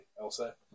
Elsa